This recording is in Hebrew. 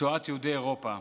שואת יהודי אירופה,